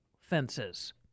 fences